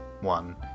one